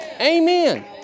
amen